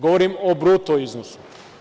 Govorim o bruto iznosu.